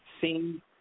seen